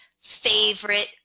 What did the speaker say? favorite